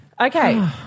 Okay